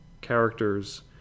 characters